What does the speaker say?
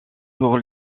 pour